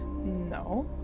No